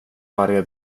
varje